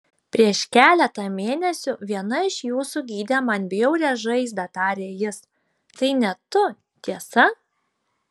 prieš keletą mėnesių viena iš jūsų gydė man bjaurią žaizdą tarė jis tai ne tu tiesa